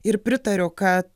ir pritariu kad